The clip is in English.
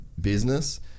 business